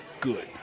good